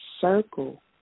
circle